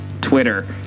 Twitter